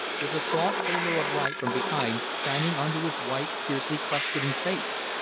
with the soft halo of light from behind shining on to his white, fiercely questioning face.